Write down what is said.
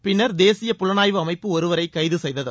பின்னர் தேசிய புலனாய்வு அமைப்பு ஒருவரை கைது செய்தது